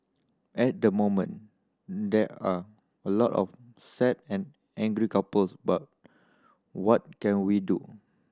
at the moment there are a lot of sad and angry couples but what can we do